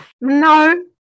No